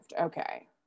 okay